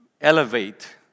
elevate